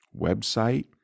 website